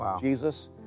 Jesus